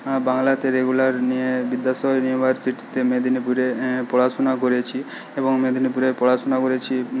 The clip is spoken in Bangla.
বাংলাতে রেগুলার নিয়ে বিদ্যাসাগর ইউনিভার্সিটিতে মেদিনীপুরে পড়াশোনা করেছি এবং মেদিনীপুরে পড়াশোনা করেছি